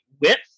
width